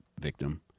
victim